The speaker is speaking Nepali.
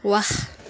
वाह